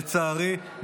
לצערי,